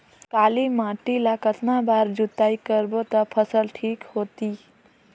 काली माटी ला कतना बार जुताई करबो ता फसल ठीक होती?